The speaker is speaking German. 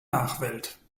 nachwelt